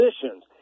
positions